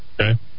okay